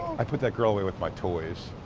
i put that girl away with my toys.